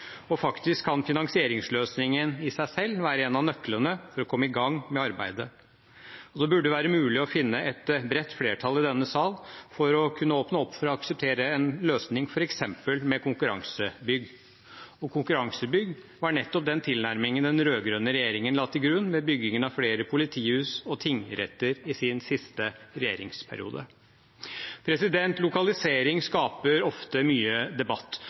Faktisk kan finansieringsløsningen i seg selv være en av nøklene for å komme i gang med arbeidet. Det burde være mulig å finne et bredt flertall i denne sal for å kunne åpne opp for å akseptere en løsning f.eks. med konkurransebygg. Konkurransebygg var nettopp den tilnærmingen den rød-grønne regjeringen la til grunn ved byggingen av flere politihus og tingretter i sin siste regjeringsperiode. Lokalisering skaper ofte mye debatt,